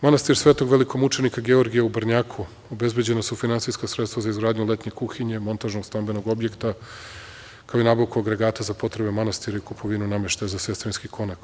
Manastir Svetog velikomučenika Georgija u Brnjaku, obezbeđena su finansijska sredstva za izgradnju letnje kuhinje, montažnog stambenog objekta, kao i nabavku agregata za potrebe manastira i kupovinu nameštaja za sestrinski konak.